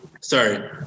sorry